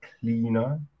cleaner